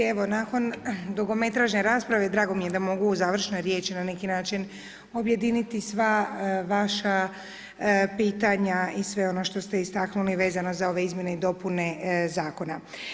Evo, nakon dugometražne rasprave drago mi je da mogu u završnoj riječi na neki način objediniti sva vaša pitanja i sve ono što ste istaknuli vezano za ove izmjene i dopune zakona.